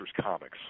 comics